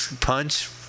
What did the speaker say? punch